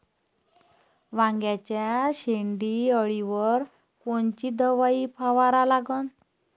वांग्याच्या शेंडी अळीवर कोनची दवाई फवारा लागन?